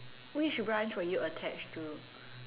which branch were you attached to